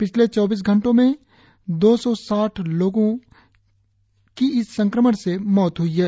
पिछले चौबीस घंटों में दो सौ साठ लोगों की इस संक्रमण से मौत हई है